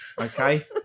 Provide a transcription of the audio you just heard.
okay